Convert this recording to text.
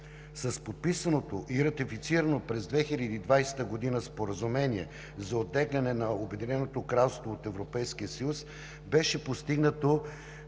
С подписаното и ратифицирано през 2020 г. Споразумение за оттегляне на Обединеното кралство от Европейския съюз беше постигнато